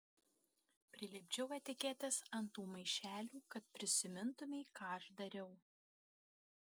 prilipdžiau etiketes ant tų maišelių kad prisimintumei ką aš dariau